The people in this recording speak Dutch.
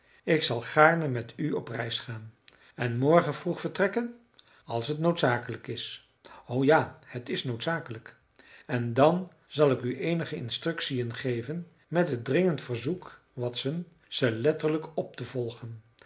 ik zal gaarne met u op reis gaan en morgen vroeg vertrekken als het noodzakelijk is o ja het is noodzakelijk en dan zal ik u eenige instructiën geven met het dringend verzoek watson ze letterlijk op te volgen